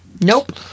nope